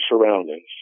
surroundings